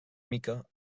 mica